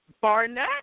Barnett